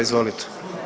Izvolite.